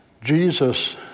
Jesus